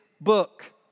book